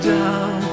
down